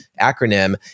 acronym